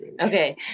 okay